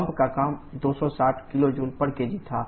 pump का काम 260 kJ kg था